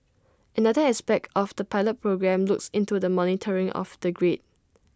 another aspect of the pilot programme looks into the monitoring of the grid